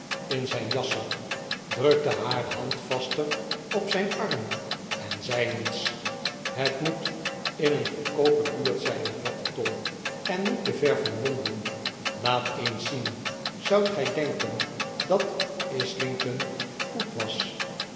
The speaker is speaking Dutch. in zijn jaszak drukte haar hand vaster op zijn arm en zei niets het moet in een goedkoope buurt zijn hervatte tom en niet te ver van londen laat eens zien zoudt gij denken dat islington goed was